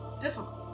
difficult